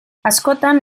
askotan